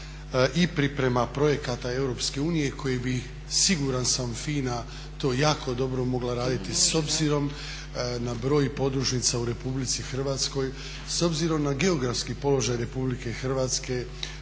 i priprema projekata Europske unije koje bi, siguran sam, FINA to jako dobro mogla raditi s obzirom na broj podružnica u Republici Hrvatskoj, s obzirom na geografski položaj Republike Hrvatske,